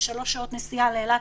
שלוש שעות נסיעה לאילת,